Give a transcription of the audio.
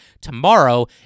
tomorrow